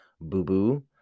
boo-boo